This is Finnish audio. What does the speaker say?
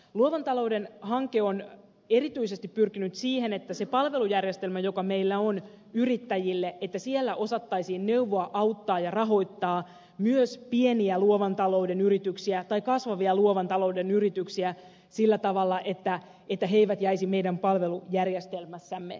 luovan talouden hanke on erityisesti pyrkinyt siihen että siinä palvelujärjestelmässä joka meillä on yrittäjille osattaisiin neuvoa auttaa ja rahoittaa myös pieniä luovan talouden yrityksiä tai kasvavia luovan talouden yrityksiä sillä tavalla että ne eivät jäisi meidän palvelujärjestelmässämme jalkoihin